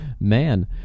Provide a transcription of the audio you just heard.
Man